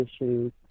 issues